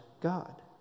God